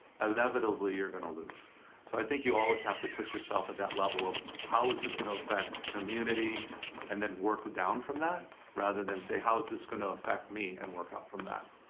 inevitably you're gonna lose. so i think you always have to put yourself at that level of how is this going to affect community and then work down from that rather than say how's this gonna affect me and work up from that.